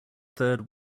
third